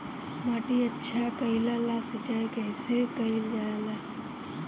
माटी अच्छा कइला ला सिंचाई कइसे कइल जाला?